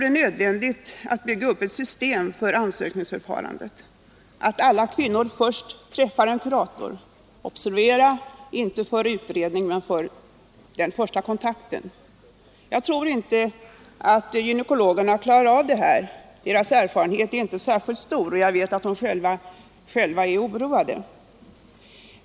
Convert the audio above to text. Det är nödvändigt att bygga upp ett sådant system för ansökningarna att alla kvinnor först träffar en kurator — observera inte för utredningen men för den första kontakten. Jag tror inte att gynekologerna klarar av den saken. Deras erfarenhet är inte särskilt stor. Jag vet också att de själva är oroade.